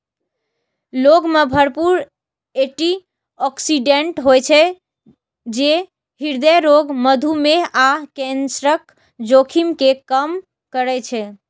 लौंग मे भरपूर एटी ऑक्सिडेंट होइ छै, जे हृदय रोग, मधुमेह आ कैंसरक जोखिम कें कम करै छै